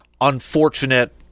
unfortunate